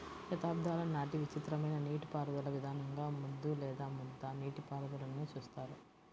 శతాబ్దాల నాటి విచిత్రమైన నీటిపారుదల విధానంగా ముద్దు లేదా ముద్ద నీటిపారుదలని చూస్తారు